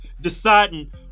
deciding